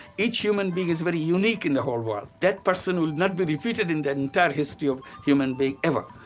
each human being is very unique in the whole world that person will not be repeated in the entire history of human being ever,